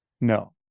No